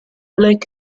black